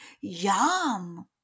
Yum